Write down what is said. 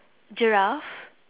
giraffe